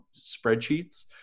spreadsheets